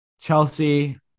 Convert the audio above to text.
Chelsea